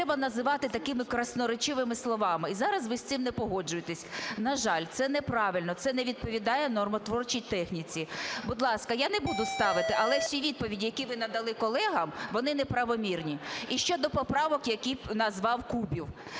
але всі відповіді, які ви надали колегам, вони неправомірні. І щодо поправок, які назвав Кубів.